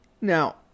Now